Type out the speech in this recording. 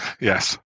Yes